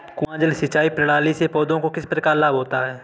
कुआँ जल सिंचाई प्रणाली से पौधों को किस प्रकार लाभ होता है?